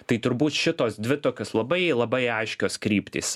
tai turbūt šitos dvi tokios labai labai aiškios kryptys